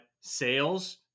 sales